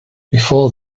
before